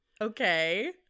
Okay